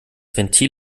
ventil